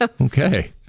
Okay